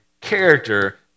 character